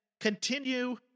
continue